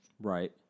Right